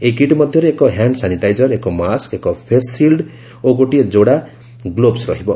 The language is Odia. ଏହି କିଟ୍ ମଧ୍ୟରେ ଏକ ହ୍ୟାଣ୍ଡ ସାନିଟାଇଜର ଏକ ମାସ୍କ ଏକ ଫେସ୍ ସିଲ୍ଡ ଓ ଗୋଟିଏ ଯୋଡ଼ା ଗ୍ଲୋବ୍ସ ରହିବ